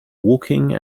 walking